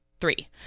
three